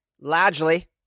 Largely